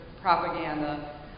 propaganda